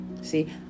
See